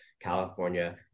California